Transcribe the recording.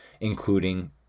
including